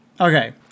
Okay